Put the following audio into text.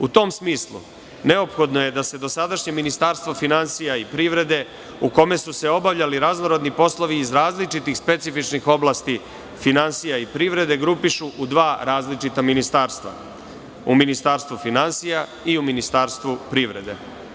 U tom smislu neophodno je da se dosadašnje Ministarstvo finansija i privrede, u kome su se obavljali raznorazni poslovi iz raznoraznih, različitih i specifičnih oblasti finansija i privrede grupišu u dva različita ministarstva, u ministarstvu finansija i ministarstvu privrede.